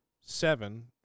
Seven